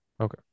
okay